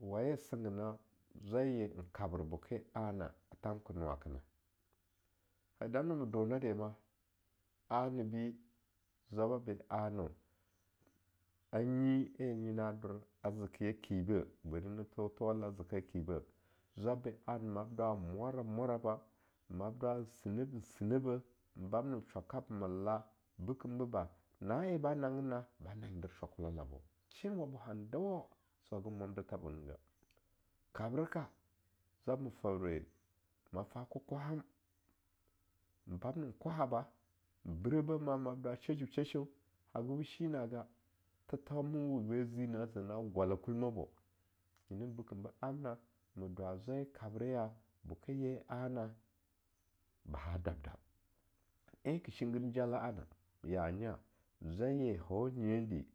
waye singina zwaiye n kabra boke ana a thanke nuwakena? a damna ma dona de ma ane zwaba ben ana, anyi en na dor a zeke ya kibeh, bari ne tho thowla zeke kibeh, zwaba ban an mab dwa n mwarab-mwaraba, mab dwa n sinehbeh-sinehbeh, n ban ne shwakab mella bekim boba, na'en ba nanginna ba nangin dir shwakola la shen wabo han dawau hagan mwamd tha bo naga kabreka, zwab ma febra mam fa kokkwaham, na bamnan kwaha birebeh mam fa shesheun-shesheun haga be shinga, the thauma we ba zine ze na gwala kwmabo, nyina beke bo amna madwa zwai kabre ya boke yen a-na ba ba dab-dab, en ka shingir n jala'ana, ya-nya, zwai ye no nyedi.